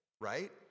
right